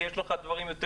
כי יש לך דברים יותר,